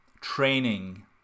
training